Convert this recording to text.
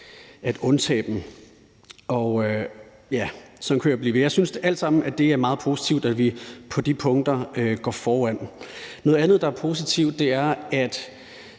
at undtage dem. Og sådan kunne jeg blive ved. Jeg synes i det hele taget, det er meget positivt, at vi på de punkter går foran. Noget andet, der er positivt, er, at